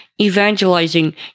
evangelizing